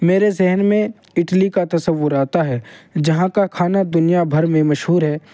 میرے ذہن میں اٹلی کا تصور آتا ہے جہاں کا کھانا دنیا بھر میں مشہور ہے